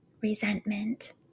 resentment